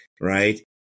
right